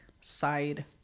side